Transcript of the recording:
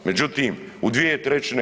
Međutim, u 2/